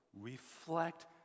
reflect